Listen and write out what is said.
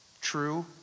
True